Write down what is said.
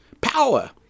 power